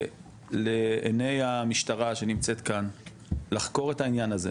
לעיני המשטרה שנמצאת כאן לחקור את העניין הזה,